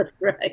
right